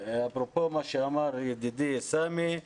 אפרופו מה שאמר ידידי סמי,